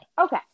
Okay